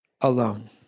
alone